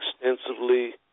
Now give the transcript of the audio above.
extensively